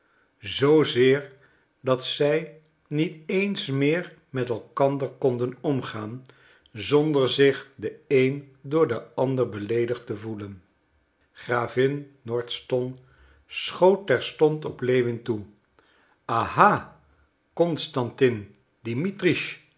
zoozeer dat zij niet eens meer met elkander konden omgaan zonder zich de een door den ander beleedigd te gevoelen gravin nordston schoot terstond op lewin toe aha constantin